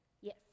Yes